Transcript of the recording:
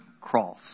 cross